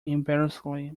embarrassingly